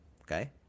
Okay